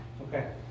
Okay